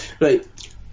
Right